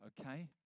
okay